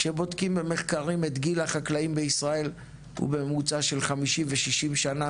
כשבודקים במחקרים את גיל החקלאים בישראל הוא בממוצע של 50-60 שנים,